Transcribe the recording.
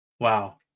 Wow